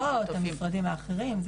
עם הקופות, עם המשרדים האחרים.